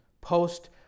post